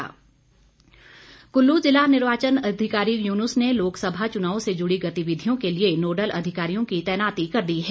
कुल्लू उपायुक्त कुल्लू जिला के निर्वाचन अधिकारी यूनुस ने लोकसभा चुनाव से जुड़ी गतिविधियों के लिए नोडल अधिकारियों की तैनाती कर दी है